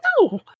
No